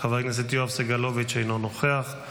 חבר הכנסת יואב סגלוביץ' אינו נוכח,